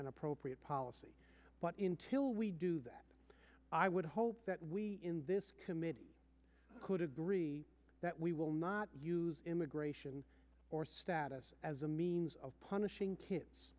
and appropriate policy in till we do that i would hope that we in this committee could agree that we will not use immigration status as a means of punishing kids